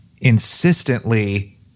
insistently